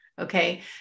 Okay